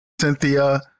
cynthia